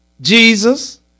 Jesus